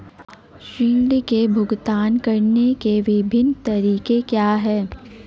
ऋृण के भुगतान करने के विभिन्न तरीके क्या हैं?